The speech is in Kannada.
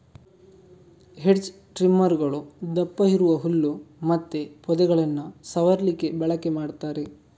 ಹೆಡ್ಜ್ ಟ್ರಿಮ್ಮರುಗಳು ದಪ್ಪ ಇರುವ ಹುಲ್ಲು ಮತ್ತೆ ಪೊದೆಗಳನ್ನ ಸವರ್ಲಿಕ್ಕೆ ಬಳಕೆ ಮಾಡ್ತಾರೆ